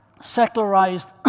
secularized